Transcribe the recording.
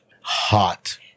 hot